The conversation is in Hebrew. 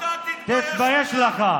(אומר בערבית: שקרן אחד.) תתבייש שלך.